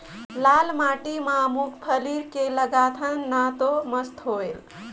लाल माटी म मुंगफली के लगाथन न तो मस्त होयल?